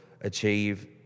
achieve